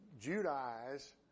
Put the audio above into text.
judaize